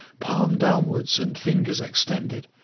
palm downwards and fingers extended.